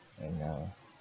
uh